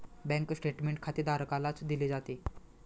bank statement खातेधारकालाच दिले जाते